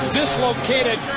dislocated